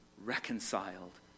reconciled